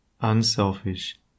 unselfish